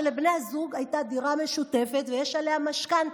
לבני הזוג הייתה דירה משותפת ויש עליה משכנתה,